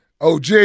OG